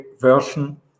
version